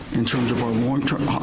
in terms of our long term,